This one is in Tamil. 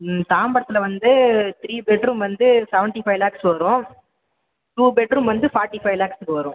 ம் தாம்பரத்தில் வந்து த்ரீ பெட் ரூம் வந்து செவன்ட்டி ஃபைவ் லேக்ஸ் வரும் டூ பெட் ரூம் வந்து ஃபார்ட்டி ஃபைவ் லேக்ஸுக்கு வரும்